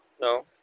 no